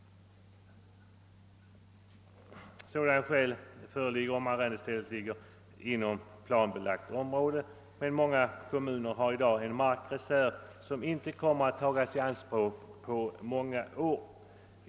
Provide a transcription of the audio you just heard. Sådana skäl är för handen om arrendestället ligger inom planlagt område. Men många kommuner har i dag en markreserv som inte kommer att tas i anspråk för bebyggelse på många år.